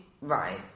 Right